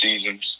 seasons